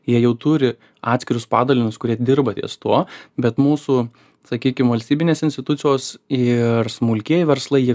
jie jau turi atskirus padalinius kurie dirba ties tuo bet mūsų sakykim valstybinės institucijos ir smulkieji verslai jie